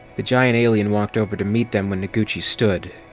the giant alien walked over to meet them when noguchi stood.